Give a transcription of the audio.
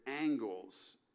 angles